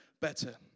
better